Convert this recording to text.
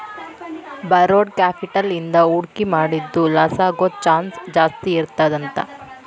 borrowed capital ಇಂದಾ ಹೂಡ್ಕಿ ಮಾಡಿದ್ದು ಲಾಸಾಗೊದ್ ಚಾನ್ಸ್ ಜಾಸ್ತೇಇರ್ತದಂತ